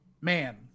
man